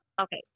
okay